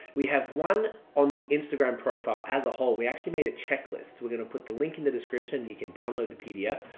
we have one on the instagram profile as a whole, we actually made a checklist. we're going to put the link in the description, you can download the pdf.